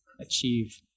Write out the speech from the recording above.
achieve